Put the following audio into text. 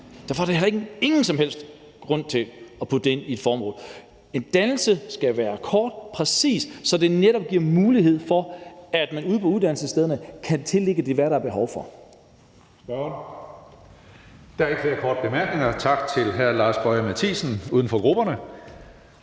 Derfor er der heller ingen som helst grund til at putte det ind i et formål. Dannelsesbegrebet skal være kort og præcist, så det netop giver mulighed for, at man ude på uddannelsesstederne kan tillægge det, hvad der er behov for. Kl. 15:41 Tredje næstformand (Karsten Hønge): Der er ikke flere korte bemærkninger. Tak til hr. Lars Boje Mathiesen, uden for grupperne.